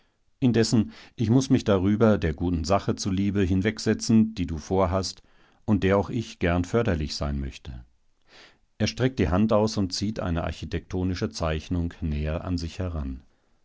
indessen ich muß mich darüber der guten sache zuliebe hinwegsetzen die du vorhast und der auch ich gern förderlich sein möchte er streckt die hand aus und zieht eine architektonische zeichnung näher an sich heran